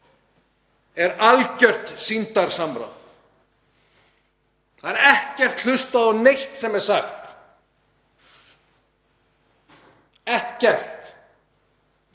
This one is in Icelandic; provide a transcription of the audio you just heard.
algjört sýndarsamráð. Það er ekki hlustað á neitt sem er sagt, ekkert.